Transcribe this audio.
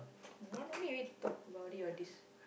normally already talk about it or this